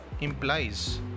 implies